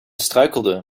struikelde